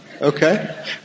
Okay